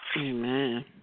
Amen